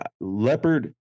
leopard